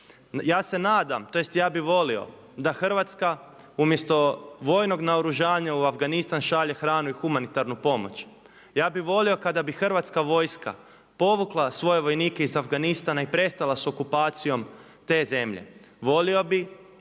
Ja se nadam, tj. ja bih volio da Hrvatska umjesto vojnog naoružanja u Afganistan šalje hranu i humanitarnu pomoć. Ja bih volio kada bi Hrvatska vojska povukla svoje vojnike iz Afganistana i prestala sa okupacijom te zemlje.